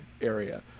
area